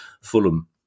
Fulham